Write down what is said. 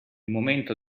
momento